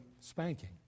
spanking